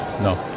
no